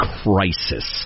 crisis